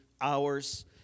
hours